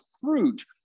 fruit